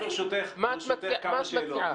עכשיו, ברשותך, כמה שאלות.